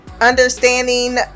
understanding